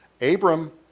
Abram